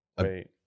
Wait